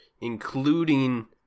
including